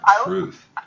truth